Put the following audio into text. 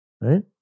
Right